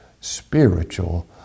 spiritual